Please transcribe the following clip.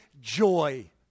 joy